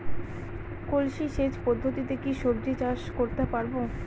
কলসি সেচ পদ্ধতিতে কি সবজি চাষ করতে পারব?